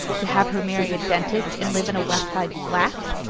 to have her marry a dentist and live in a west side flat?